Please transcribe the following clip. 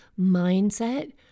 mindset